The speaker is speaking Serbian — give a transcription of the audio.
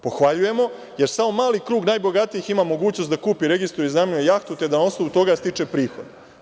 Pohvaljujemo, jer samo mali krug najbogatijih ima mogućnost da kupi, registruje, iznajmljuje jahtu te da na osnovu toga stiče prihod.